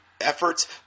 efforts